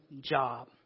job